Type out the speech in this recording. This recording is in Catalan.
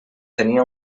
tenia